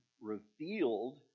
Revealed